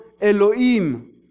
Elohim